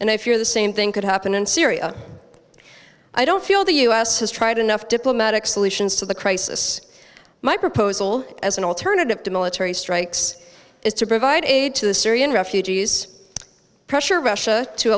fear the same thing could happen in syria i don't feel the u s has tried enough diplomatic solutions to the crisis my proposal as an alternative to military strikes is to provide aid to the syrian refugees pressure russia to